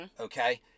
Okay